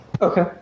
Okay